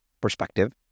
perspective